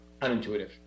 unintuitive